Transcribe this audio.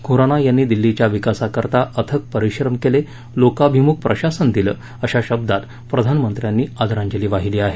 खुराना यांनी दिल्लीच्या विकासाकरता अथक परिश्रम केले लोकाभिमुख प्रशासन दिलं अशा शब्दात प्रधानमंत्र्यांनी आदरांजली वाहिली आहे